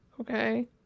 Okay